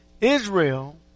Israel